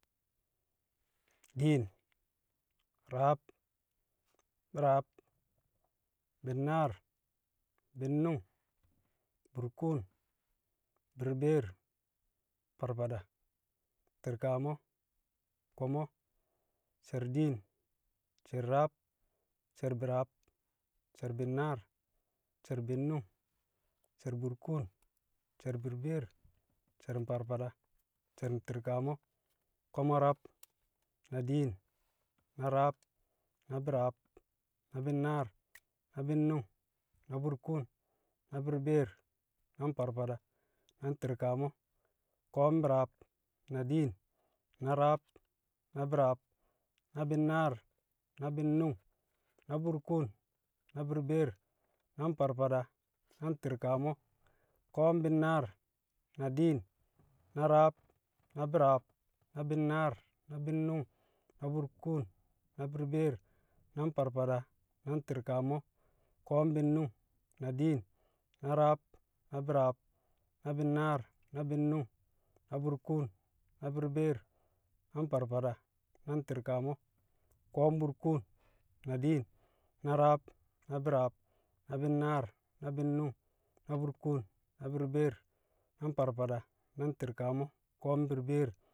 Diin, rab, bi̱raab, bi̱nnaar, bi̱nnu̱ng, burkuun, burbeer, farfada, ti̱rkamo̱, ko̱mo̱, sher diin, sher rab, sher bi̱raab, sher bi̱nnaar, sher bi̱nnu̱ng, sher burkuun, sher burbeer, sher farfada, sher ti̱rkamo̱, ko̱mo̱ rab, na diin, na rab, na bi̱raab, na bi̱nnaar, na bi̱nnu̱ng, na burkuun na burbeer, na farfada, na ti̱rkamo̱, ko̱o̱m bi̱raab, na diin, na rab, na bi̱raab, na bi̱nnaar, na bi̱nnu̱ng, na burkuun, na burbeer, na farfada, na ti̱rkamoo̱, ko̱o̱m bi̱nnaar, na diin, na rab, na bi̱raab, na bi̱nnaar, na bi̱nnu̱ng, na burkuun, na burbeer, na farfada, na ti̱rkamo̱, ko̱o̱m bi̱nnu̱ng, na diin, na rab, na bi̱raab, na bi̱nnaar, na bi̱nnu̱ng, na burkuun, na burbeer, na farfada, na ti̱rkamo̱, ko̱o̱m burkuun, na diin, na rab, na bi̱raab, na bi̱nnaar, na bi̱nnu̱ng, na burkuun na burbeer, na farfada, na ti̱rkamo̱, ko̱o̱m burbeer.